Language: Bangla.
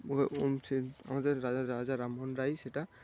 আমাদের রাজা রাজা রামমোহন রায়ই সেটা